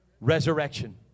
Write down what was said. resurrection